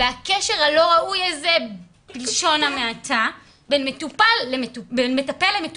והקשר הלא ראוי הזה בלשון המעטה, בין מטפל למטופלת